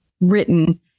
written